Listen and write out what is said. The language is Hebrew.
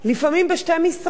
לפעמים בשתי משרות,